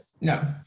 No